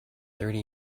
thirty